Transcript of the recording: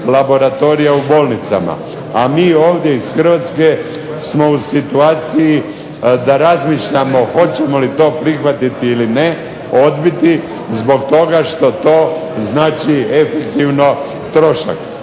laboratorija u bolnicama. A mi ovdje iz Hrvatske smo u situaciji da razmišljamo hoćemo li to prihvatiti ili ne, odbiti zbog toga što to znači efektivno trošak.